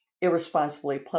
irresponsibly